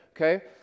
okay